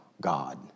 God